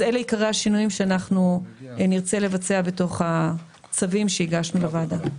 אז אלה היו עיקרי השינויים שנרצה לבצע בתוך הצווים שהגשנו לוועדה.